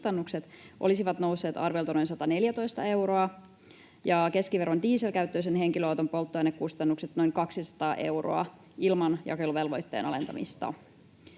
polttoainekustannukset olisivat nousseet arviolta noin 114 euroa ja keskiverron dieselkäyttöisen henkilöauton polttoainekustannukset noin 200 euroa ilman jakeluvelvoitteen alentamista.